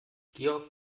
georg